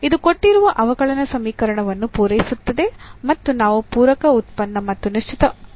ಇದು ಕೊಟ್ಟಿರುವ ಅವಕಲನ ಸಮೀಕರಣವನ್ನು ಪೂರೈಸುತ್ತದೆ ಮತ್ತು ನಾವು ಪೂರಕ ಉತ್ಪನ್ನ ಮತ್ತು ನಿಶ್ಚಿತ ಅನುಕಲವನ್ನು ಹೀಗೆ ವ್ಯಾಖ್ಯಾನಿಸಿದ್ದೇವೆ